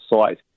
site